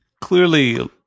clearly